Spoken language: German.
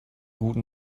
guten